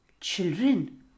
Children